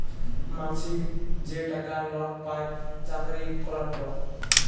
মাছিক যে টাকা লক পায় চাকরি ক্যরার পর